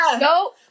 no